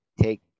take